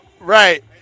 Right